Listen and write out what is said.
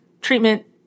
treatment